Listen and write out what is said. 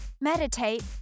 meditate